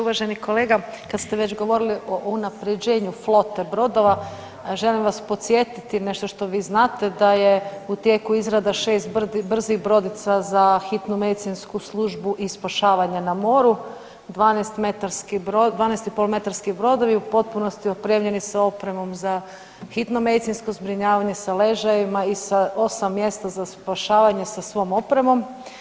Uvažen kolega, kad ste već govorili o unaprjeđenju flote brodova želim vas podsjetiti na što što vi znate da je u tijeku izrada 6 brzih brodica za Hitnu medicinsku službu i spašavanja na moru, 12,5-metarski brodovi u potpunosti opremljeni sa opremom za hitno medicinsko zbrinjavanje sa ležajevima i sa 8 mjesta za spašavanje sa svom opremom.